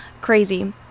Crazy